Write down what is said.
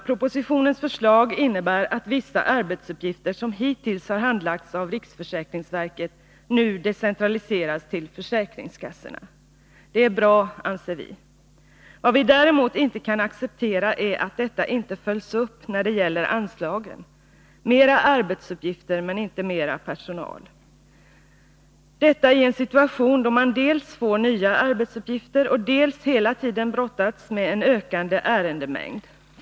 Propositionens förslag innebär att vissa arbetsuppgifter som hittills har handlagts av riksförsäkringsverket nu decentraliseras till försäkringskassorna. Det är bra, anser vi. Vad vi däremot inte kan acceptera är att detta inte följs upp när det gäller anslagen. Det blir mer arbetsuppgifter men inte mer personal — detta i en situation då man dels får nya arbetsuppgifter, dels hela tiden brottas med en ökande ärendemängd.